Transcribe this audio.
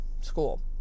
school